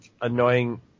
annoying